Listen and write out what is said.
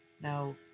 now